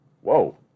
whoa